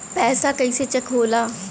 पैसा कइसे चेक होला?